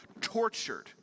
tortured